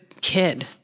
kid